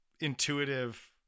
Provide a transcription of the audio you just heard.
intuitive